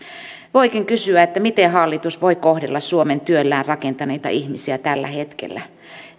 voikin kysyä miten hallitus voi kohdella suomen työllään rakentaneita ihmisiä tällä tavalla